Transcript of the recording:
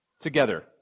together